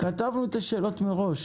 כתבנו את השאלות מראש.